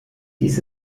dies